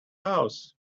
house